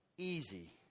Easy